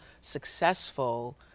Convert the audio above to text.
successful